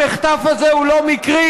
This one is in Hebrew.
המחטף הזה הוא לא מקרי,